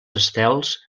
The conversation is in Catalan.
estels